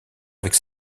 avec